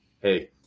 hey